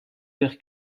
vers